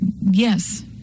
yes